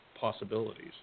possibilities